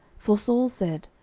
for saul said,